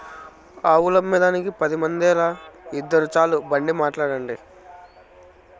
ఆవులమ్మేదానికి పది మందేల, ఇద్దురు చాలు బండి మాట్లాడండి